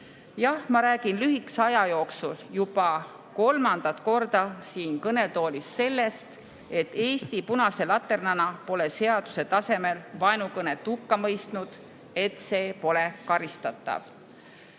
Jah, ma räägin lühikese aja jooksul juba kolmandat korda siin kõnetoolis sellest, et Eesti punase laternana pole seaduse tasemel vaenukõnet hukka mõistnud, see pole karistatav.